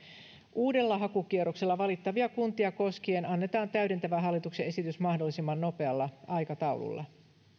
uudella hakukierroksella valittavia kuntia koskien annetaan täydentävä hallituksen esitys mahdollisimman nopealla aikataululla